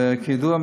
וכידוע,